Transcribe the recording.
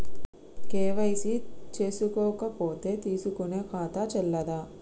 KYC చేసుకోకపోతే తీసుకునే ఖాతా చెల్లదా?